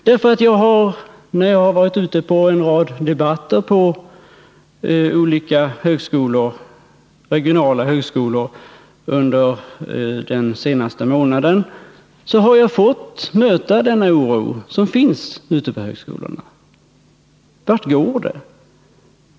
När jag under den senaste månaden deltagit i en rad debatter på olika regionala högskolor har jag mött den oro som finns ute på högskolorna. Varthän går det?